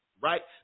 right